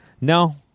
No